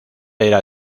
era